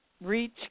reach